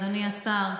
אדוני השר,